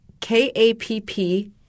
K-A-P-P